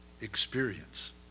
experience